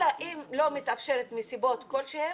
אלא אם לא מתאפשרת מסיבות כלשהן